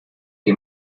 que